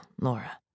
Laura